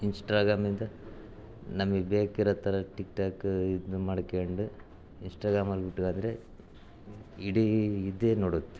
ಇನ್ಸ್ಟ್ರಾಗ್ರಾಮಿಂದ ನಮಗೆ ಬೇಕಿರೋ ಥರ ಟಿಕ್ಟಾಕ್ ಇದನ್ನು ಮಾಡಿಕೊಂಡು ಇನ್ಸ್ಟಾಗ್ರಾಮ್ ಅಂದ್ಬಿಟ್ಟು ಆದರೆ ಇಡೀ ಇದೇ ನೋಡುತ್ತೆ